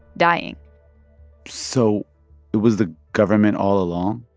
dying so it was the government all along?